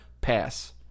pass